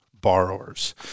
borrowers